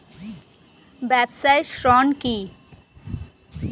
ব্যবসায় ঋণ কি?